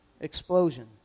explosion